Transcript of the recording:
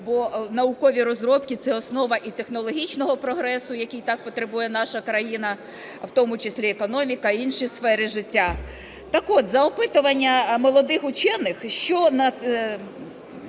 бо наукові розробки – це основа і технологічного прогресу, якого так потребує наша країна, в тому числі економіка і інші сфери життя. Так от, за опитуванням молодих учених, що